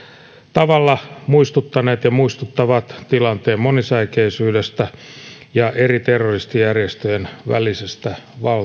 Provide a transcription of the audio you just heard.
tavalla muistuttaneet ja muistuttavat tilanteen monisäikeisyydestä ja eri terroristijärjestöjen välisestä